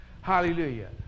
Hallelujah